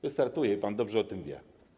Wystartuje i pan dobrze o tym wie.